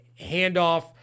handoff